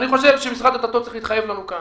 אני חושב שמשרד הדתות צריך להתחייב לנו כאן,